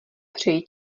přeji